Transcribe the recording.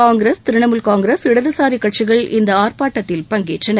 காங்கிரஸ் திரிணமூல் காங்கிரஸ் இடதுசாரி கட்சிகள் இந்த ஆர்ப்பாட்டத்தில் பங்கேற்றனர்